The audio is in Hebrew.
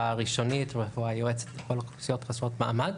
ראשונית ורפואה יועצת לכל האוכלוסיות חסרות מעמד.